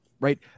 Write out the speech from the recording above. Right